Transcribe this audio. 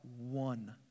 one